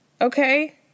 Okay